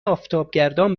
آفتابگردان